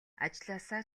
ажлаасаа